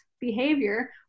behavior